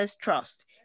trust